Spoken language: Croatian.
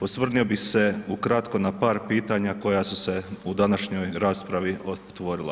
Osvrnuo bi se ukratko na par pitanja koja su se u današnjoj raspravi otvorila.